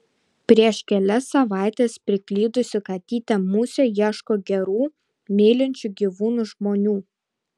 prieš kelias savaites priklydusi katytė musė ieško gerų mylinčių gyvūnus žmonių